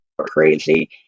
crazy